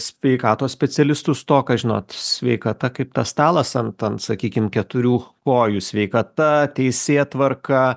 sveikatos specialistų stoką žinot sveikata kaip tas stalas ant ant sakykim keturių kojų sveikata teisėtvarka